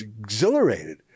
exhilarated